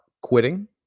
quitting